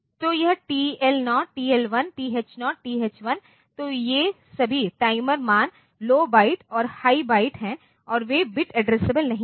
तो यह TL0 TL1 TH0 TH1 तो ये सभी टाइमर मान लौ बाइट और हाई बाइट हैं और वे बिट एड्रेसेब्ल नहीं हैं